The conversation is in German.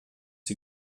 die